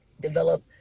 develop